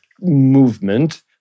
movement